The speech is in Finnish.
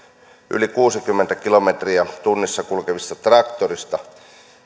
yli kuusikymmentä kilometriä tunnissa kulkevista traktoreista